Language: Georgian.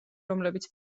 რომლებიც